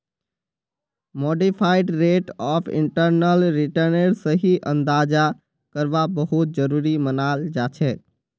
modified rate of internal रिटर्नेर सही अंदाजा करवा बहुत जरूरी मनाल जाछेक